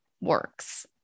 works